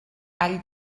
all